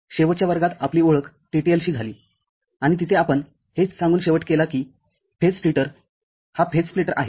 शेवटच्या वर्गात आपली ओळख TTL शी झालीआणि तिथे आपण हे सांगून शेवट केला कि फेज स्प्लिटर हा फेज स्प्लिटर आहे